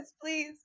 please